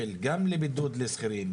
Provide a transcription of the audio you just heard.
גם על בידוד לשכירים,